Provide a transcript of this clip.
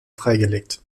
freigelegt